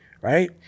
right